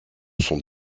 sont